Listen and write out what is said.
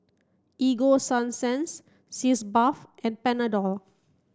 Ego Sunsense Sitz bath and Panadol